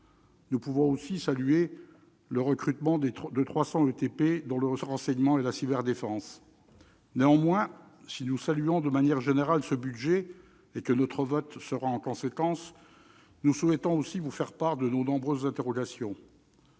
Nous pouvons aussi saluer le recrutement de 300 ETPT dans le renseignement et la cyberdéfense. Néanmoins, si nous saluons de manière générale ce budget et si nous voterons en conséquence, nous souhaitons aussi vous faire part de nos nombreuses interrogations.